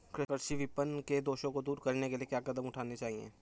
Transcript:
कृषि विपणन के दोषों को दूर करने के लिए क्या कदम उठाने चाहिए?